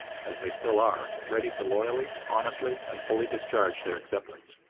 as they still are, ready to loyally, honestly, and fully discharge their acceptance.